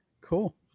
cool